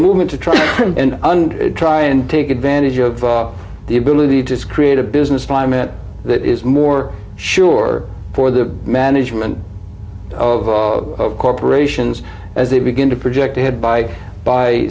movement to try and under try and take advantage of the ability to create a business climate that is more sure for the management of corporations as they begin to project ahead by by